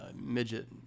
midget